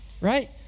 right